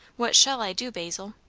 what shall i do, basil?